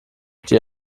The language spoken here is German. die